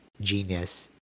genius